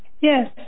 Yes